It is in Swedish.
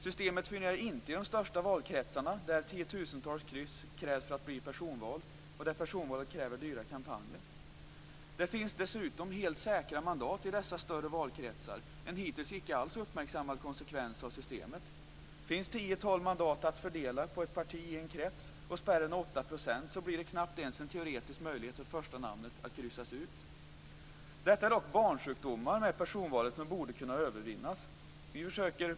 Systemet fungerar inte i de största valkretsarna, där 10 000-tals kryss krävs för att bli personvald och där personvalet kräver dyra kampanjer. Det finns dessutom helt säkra mandat i dessa större valkretsar, en hittills icke alls uppmärksammad konsekvens av systemet. Om det finns 10-12 mandat att fördela på ett parti i en krets och spärren är 8 % blir det knappt ens en teoretisk möjlighet för det första namnet att kryssas bort. Detta är dock barnsjukdomar när det gäller personvalet som borde kunna övervinnas.